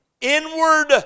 inward